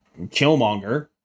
killmonger